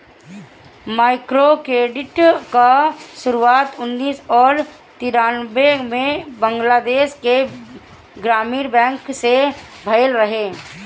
microcredit कअ शुरुआत उन्नीस और तिरानबे में बंगलादेश के ग्रामीण बैंक से भयल रहे